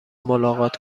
ملاقات